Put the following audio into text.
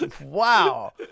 Wow